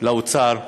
לאוצר,